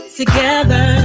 together